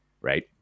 right